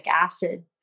acid